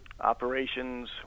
operations